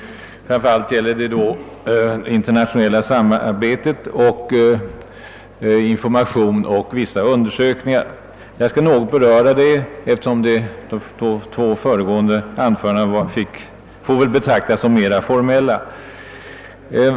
Framför allt gäller det då det internationella samarbetet, informationsverksamheten och vissa undersökningar. Jag skall något mera utförligt beröra detta, eftersom de två närmast föregående anförandena väl får betraktas som mera formella.